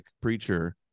preacher